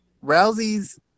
Rousey's